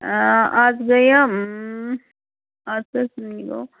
آز گٔیہِ آز کٔژمی گوٚو